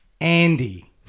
Andy